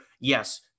yes